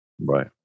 Right